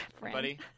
buddy